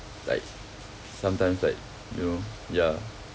like sometimes like you know ya